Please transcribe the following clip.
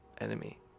enemy